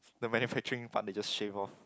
the manufacturing part they just shave off